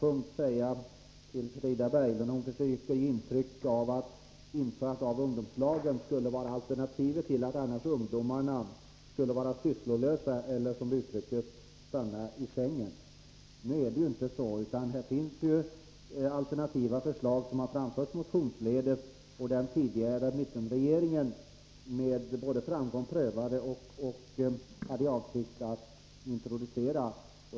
Frida Berglund försöker ge ett intryck av att ungdomslagen skulle vara det enda alternativet och att ungdomarna annars skulle vara sysslolösa eller — som det uttrycktes — stanna i sängen. Men alternativa förslag har framförts motionsledes, förslag till åtgärder som den tidigare mittenregeringen med framgång prövade eller hade för avsikt att introducera.